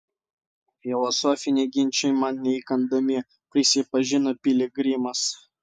filosofiniai ginčai man neįkandami prisipažino piligrimas